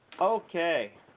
okay